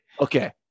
Okay